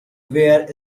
were